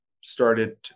started